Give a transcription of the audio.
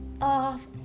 off